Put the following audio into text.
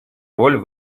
роль